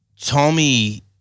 Tommy